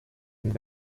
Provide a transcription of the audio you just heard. and